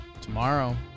Tomorrow